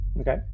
Okay